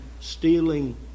stealing